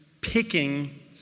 picking